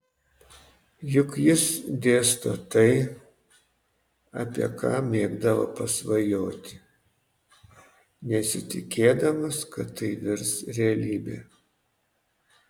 juk jis dėsto tai apie ką mėgdavo pasvajoti nesitikėdamas kad tai virs realybe